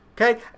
Okay